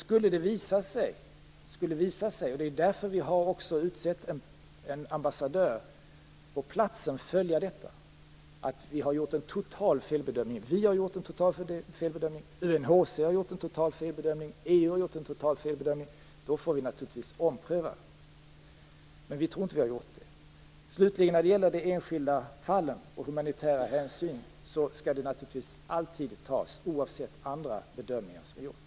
Skulle det visa sig att vi, UNHCR och EU har gjort en total felbedömning får vi naturligtvis ompröva den. Det är därför vi har utsett en ambassadör som på plats skall följa detta. Men vi tror inte att vi har gjort en sådan felbedömning. Humanitär hänsyn skall naturligtvis alltid tas i de enskilda fallen, oavsett andra bedömningar som gjorts.